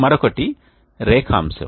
మరొకటి రేఖాంశం